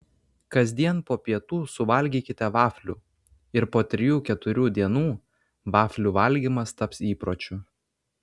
kasdien po pietų suvalgykite vaflių ir po trijų keturių dienų vaflių valgymas taps įpročiu